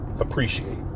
appreciate